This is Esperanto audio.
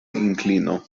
inklino